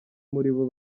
muribo